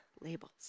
labels